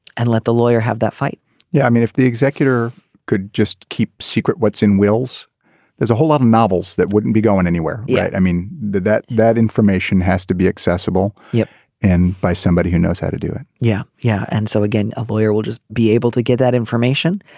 and let the lawyer have that fight yeah i mean if the executor could just keep secret what's in wills there's a whole lot of novels that wouldn't be going anywhere yet. i mean that that information has to be accessible. yep and by somebody who knows how to do it yeah. yeah. and so again a lawyer will just be able to get that information.